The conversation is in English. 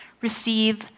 receive